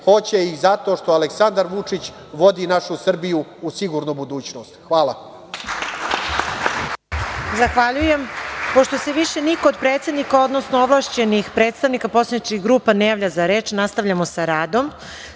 hoće ih zato što Aleksandar Vučić vodi našu Srbiju u sigurnu budućnost. Hvala. **Marija Jevđić** Zahvaljujem. Pošto se više niko od predsednika, odnosno ovlašćenih predstavnika poslaničkih grupa ne javlja za reč, nastavljamo sa